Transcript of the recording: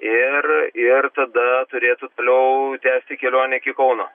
ir ir tada turėtų toliau tęsti kelionę iki kauno